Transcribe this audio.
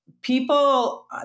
People